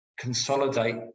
consolidate